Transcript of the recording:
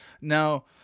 Now